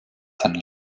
seine